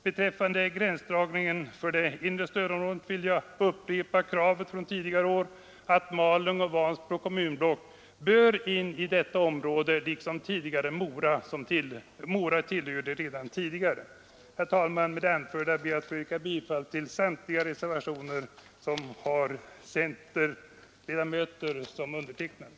Beträffande gränsdragningen för det inre stödområdet vill jag upprepa kravet från tidigare år att Malungs och Vansbro kommunblock bör föras till det inre stödområdet. Herr talman! Med det anförda ber jag att få yrka bifall till samtliga reservationer som undertecknats av centerledamöter.